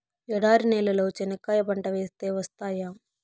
ఎడారి నేలలో చెనక్కాయ పంట వేస్తే వస్తాయా?